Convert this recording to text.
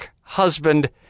husband